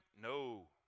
No